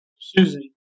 Susan